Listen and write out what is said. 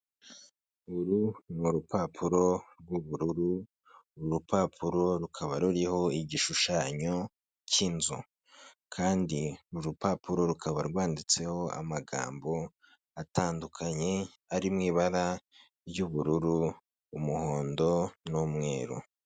Uru ni rupapuro rw'ubururu, uru rupapuro rukaba ruriho igishushanyo cy'inzu kandi uru rupapuro rukaba rwanditseho amagambo atandukanye, ari mu ibara ry'ubururu, umuhondo n'umweru.